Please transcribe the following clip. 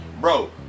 Bro